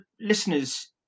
listeners